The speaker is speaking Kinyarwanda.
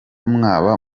mwaba